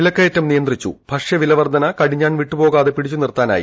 വിലക്കയറ്റം നിയന്ത്രിച്ചു ഭക്ഷ്യ വിലവർദ്ധന കടിഞ്ഞാൺ വിട്ടുപോകാതെ പിടിച്ചുനിർത്താനായി